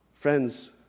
friends